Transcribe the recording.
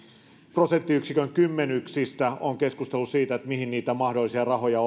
prosenttiyksikön kymmenyksistä on keskustelu siitä mihin niitä mahdollisia rahoja